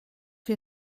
wir